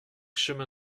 chemin